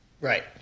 Right